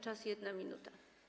Czas - 1 minuta.